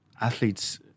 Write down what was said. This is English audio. athletes